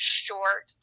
short